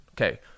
okay